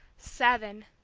seven!